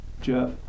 Jeff